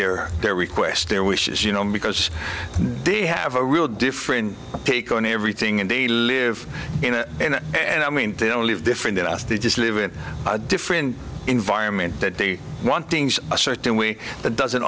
their their requests their wishes you know because they have a real different take on everything and they live in it and i mean they don't live different as they just live in a different environment that they want things a certain way that doesn't